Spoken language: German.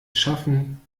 schaffen